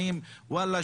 וואלה,